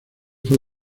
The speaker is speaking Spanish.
fue